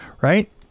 right